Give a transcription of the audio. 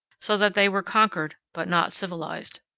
so that they were conquered but not civilized.